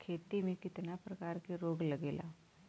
खेती में कितना प्रकार के रोग लगेला?